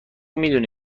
میدونی